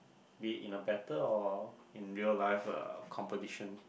be it in a better or in real life uh competition